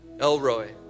Elroy